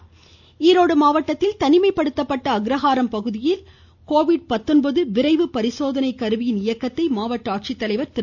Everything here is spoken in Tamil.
ரோடு ஈரோடு மாவட்த்தில் தனிமைப்படுத்தப்பட்ட அக்ரஹாரம் பகுதியில் கொரோனா விரைவு பரிசோதனை கருவியின் இயக்கத்தை மாவட்ட ஆட்சித்தலைவர் திரு